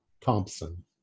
Thompson